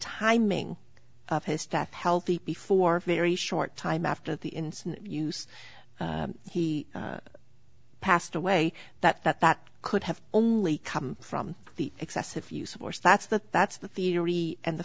timing of his death healthy before very short time after the incident use he passed away that that that could have only come from the excessive use of force that's the that's the theory and the